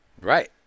Right